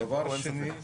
דבר שני,